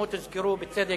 השמות הוזכרו, בצדק,